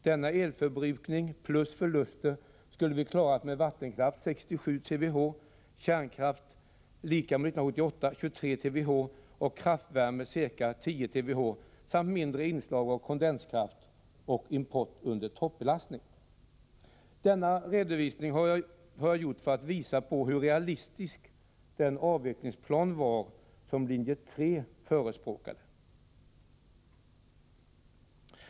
Denna elförbrukning plus förluster skulle vi ha klarat av med vattenkraft som skulle ge 67 TWh, kärnkraft — lika mycket som 1978 — 23 TWh, kraftvärme ca 10 TWh samt genom mindre inslag av kondenskraft och import under toppbelastning. Denna redovisning har jag gjort för att visa hur realistisk den avvecklingsplan var som linje 3 förespråkade.